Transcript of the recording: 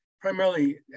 primarily